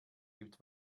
gibt